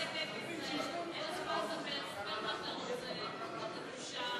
בבקשה,